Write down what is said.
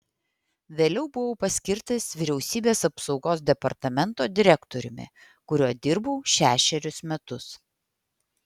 vėliau buvau paskirtas vyriausybės apsaugos departamento direktoriumi kuriuo dirbau šešerius metus